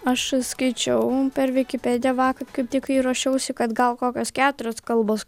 aš skaičiau per vikipediją vakar kaip tik kai ruošiausi kad gal kokios keturios kalbos